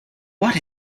what